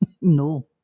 no